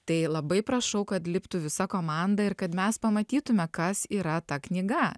tai labai prašau kad liptų visa komanda ir kad mes pamatytume kas yra ta knyga